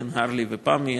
הרל"י ופמ"י,